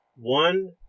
One